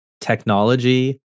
technology